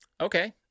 Okay